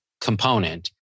component